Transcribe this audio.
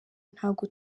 ntabwo